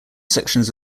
sections